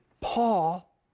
Paul